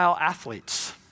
athletes